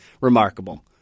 remarkable